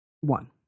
One